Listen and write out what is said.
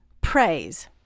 praise